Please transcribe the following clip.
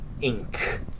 Ink